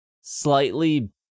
slightly